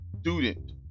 student